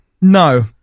No